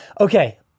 Okay